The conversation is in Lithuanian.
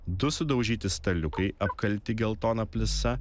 du sudaužyti staliukai apkalti geltona plisa